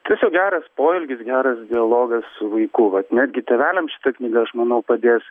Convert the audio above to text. tiesiog geras poelgis geras dialogas su vaiku vat netgi tėveliams šita knyga aš manau padės